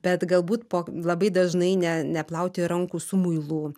bet galbūt po labai dažnai ne neplauti rankų su muilu